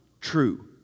true